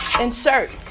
Insert